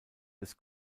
des